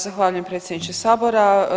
Zahvaljujem predsjedniče sabora.